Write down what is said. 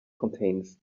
contains